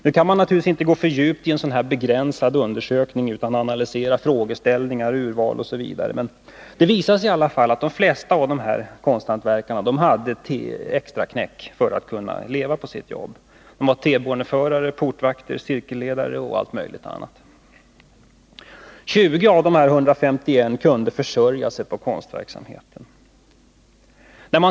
Naturligtvis kan man inte gå för djupt in i en sådan här begränsad undersökning utan att analysera frågeställningar, urval osv., men det visade sig i alla fall att de flesta av dessa konsthantverkare hade extraknäck för att kunna leva på sitt konstnärliga arbete. De var T-baneförare, portvakter, cirkelledare osv. 20 av de 151 kunde försörja sig på konstverksamheten.